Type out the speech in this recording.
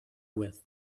with